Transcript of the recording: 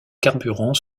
carburant